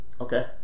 okay